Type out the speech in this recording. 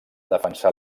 defensar